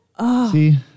See